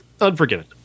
Unforgiven